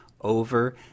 over